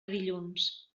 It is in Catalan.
dilluns